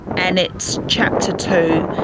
and it's chapter two,